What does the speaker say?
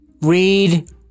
Read